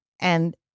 And-